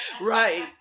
Right